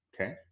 Okay